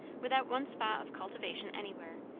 without one spot of cultivation anywhere,